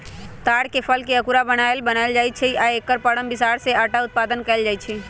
तार के फलके अकूरा बनाएल बनायल जाइ छै आ एकर परम बिसार से अटा उत्पादन कएल जाइत हइ